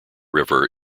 river